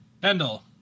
Pendle